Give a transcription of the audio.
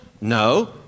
No